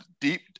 deep